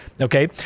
okay